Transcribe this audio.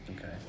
Okay